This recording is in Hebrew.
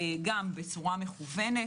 בצורה מכוונת.